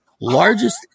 largest